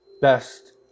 best